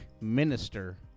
minister